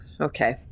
Okay